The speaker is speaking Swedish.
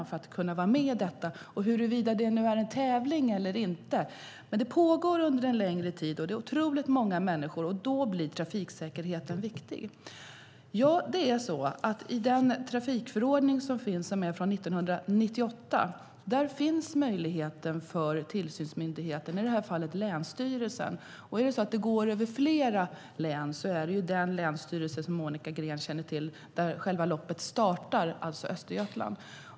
Oavsett om det är en tävling eller inte pågår det under många timmar med många människor, och då blir trafiksäkerheten viktig. I trafikförordningen från 1998 finns möjlighet för tillsynsmyndigheten, i detta fall Länsstyrelsen i Östergötland eftersom loppet startar där.